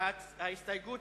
ההסתייגות